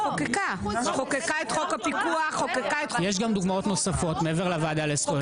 יש גם דוגמאות נוספות מעבר לוועדה לזכויות הילד.